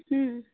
ಹ್ಞೂ